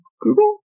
Google